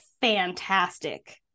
fantastic